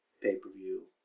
pay-per-view